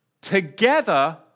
together